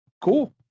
cool